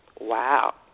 Wow